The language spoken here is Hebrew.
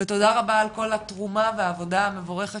ותודה רבה על כל התרומה והעבודה המבורכת